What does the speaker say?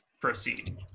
proceed